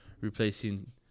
Replacing